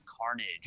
carnage